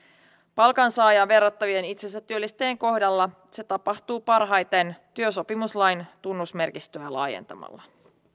palkansaajaan verrattavien itsensätyöllistäjien kohdalla se tapahtuu parhaiten työsopimuslain tunnusmerkistöä laajentamalla